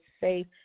safe